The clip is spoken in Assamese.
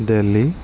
দেল্হি